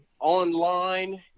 online